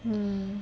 mm